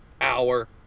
Hour